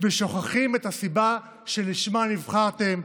ושוכחים את הסיבה שלשמה נבחרתם,